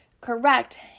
correct